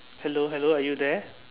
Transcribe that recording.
hello hello are you there